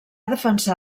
defensar